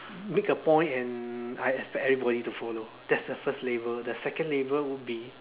make a point and I expect everybody to follow that's the first label the second label would be